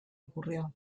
ocurrió